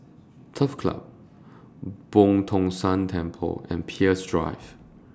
Turf Club Boo Tong San Temple and Peirce Drive